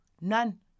none